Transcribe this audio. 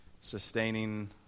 sustaining